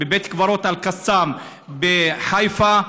בבית קברות אל-קסאם בחיפה.